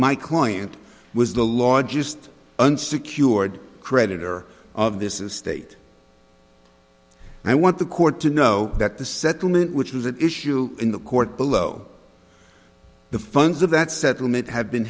my client was the largest unsecured creditor of this estate and i want the court to know that the settlement which was an issue in the court below the funds of that settlement had been